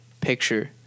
picture